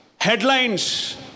headlines